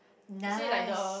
nice